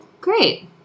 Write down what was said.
great